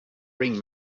ring